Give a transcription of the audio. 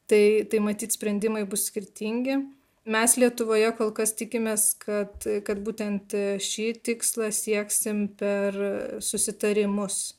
tai tai matyt sprendimai bus skirtingi mes lietuvoje kol kas tikimės kad kad būtent šį tikslą sieksim per susitarimus